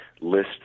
list